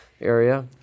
area